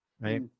right